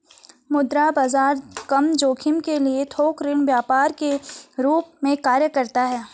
मुद्रा बाजार कम जोखिम के लिए थोक ऋण बाजार के रूप में कार्य करता हैं